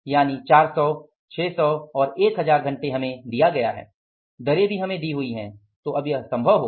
यानि 400 600 और 1000 घंटे हमें दिया हुआ है दरें भी हमें दी हुई हैं तो यह संभव होगा